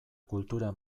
kultura